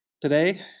Today